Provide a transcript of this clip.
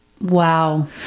wow